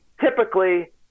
typically